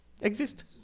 exist